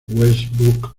westbrook